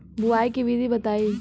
बुआई के विधि बताई?